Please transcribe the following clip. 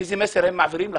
איזה מסר הם מעבירים לחברה?